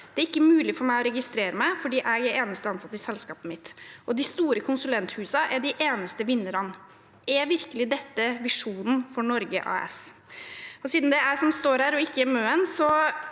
Det er ikke mulig for meg å registrere meg fordi jeg er eneste ansatte i selskapet mitt, og de store konsulenthusene blir de eneste vinnerne. Er virkelig dette visjonen for Norge AS? Siden det er jeg som står her, og ikke Møen,